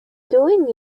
doing